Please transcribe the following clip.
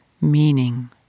meaning